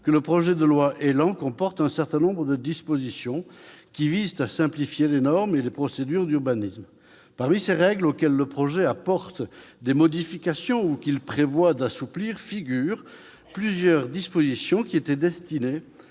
que le projet de loi ÉLAN comporte un certain nombre de dispositions visant à simplifier les normes et les procédures d'urbanisme. Parmi ces règles auxquelles le projet de loi apporte des modifications, ou qu'il prévoit d'assouplir, figurent plusieurs dispositions destinées